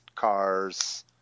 cars